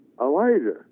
Elijah